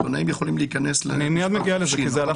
עיתונאים יכולים להיכנס --- אני מיד מגיע לזה כי זה חלק